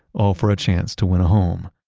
all for a chance to win a home.